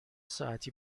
ساعتی